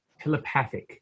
telepathic